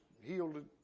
healed